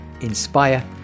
inspire